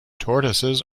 tortoises